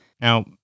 Now